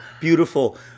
Beautiful